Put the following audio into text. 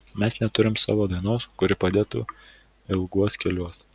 mes neturim savo dainos kuri padėtų ilguos keliuos